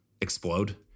explode